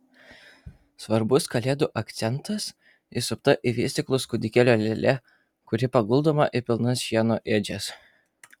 svarbus kalėdų akcentas įsupta į vystyklus kūdikėlio lėlė kuri paguldoma į pilnas šieno ėdžias